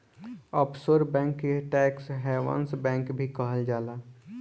offshore bank के tax havens bank भी कहल जाला